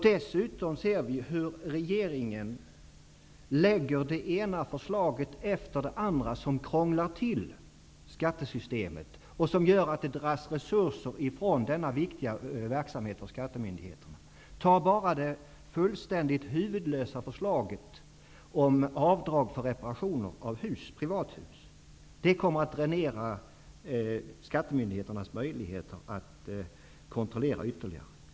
Dessutom ser vi hur regeringen lägger fram det ena förslaget efter det andra som krånglar till skattesystemet och som drar resurser från denna viktiga verksamhet som ligger på skattemyndigheterna. Ta bara det fullständigt huvudlösa förslaget om avdrag för reparationer av privathus som exempel! Det kommer att dränera skattemyndigheternas möjligheter att ytterligare kontrollera.